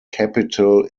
capital